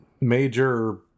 major